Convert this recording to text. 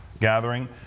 gathering